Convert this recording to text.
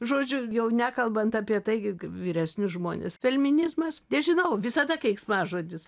žodžiu jau nekalbant apie taigi vyresnius žmones felminizmas nežinau visada keiksmažodis